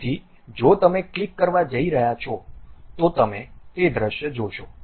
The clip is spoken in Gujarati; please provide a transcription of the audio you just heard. તેથી જો તમે ક્લિક કરવા જઇ રહ્યા છો તો તમે તે દૃશ્ય જોશો